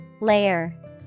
Layer